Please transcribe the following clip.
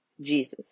Jesus